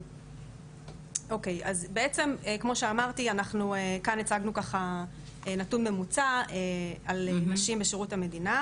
כאן הצגנו נתון ממוצא על נשים בשירות המדינה,